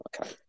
okay